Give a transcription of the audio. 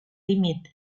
límit